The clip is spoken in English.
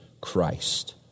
Christ